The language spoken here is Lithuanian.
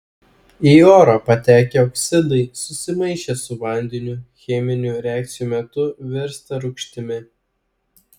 į orą patekę oksidai susimaišę su vandeniu cheminių reakcijų metu virsta rūgštimi